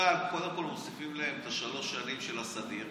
בצה"ל קודם כול מוסיפים להם את שלוש השנים של הסדיר,